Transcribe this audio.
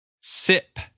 sip